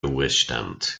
ruhestand